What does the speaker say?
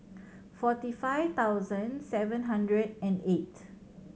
forty five thousand seven hundred and eight